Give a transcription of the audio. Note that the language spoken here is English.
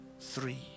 three